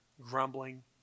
grumbling